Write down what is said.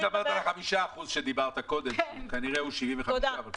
היא מדברת על ה-5% שעליהם דיברת קודם.